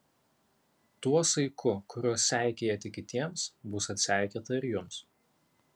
tuo saiku kuriuo seikėjate kitiems bus atseikėta ir jums